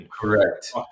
Correct